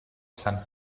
sand